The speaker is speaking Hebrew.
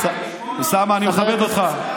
אוסאמה, אני מכבד אותך.